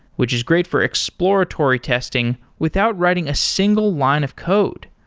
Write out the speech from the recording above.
which is great for exploratory testing without writing a single line of code.